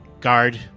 guard